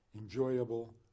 enjoyable